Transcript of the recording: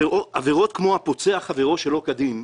עבירות כמו הפוצע חברו שלא כדין,